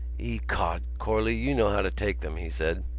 ecod! corley, you know how to take them, he said.